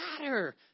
matter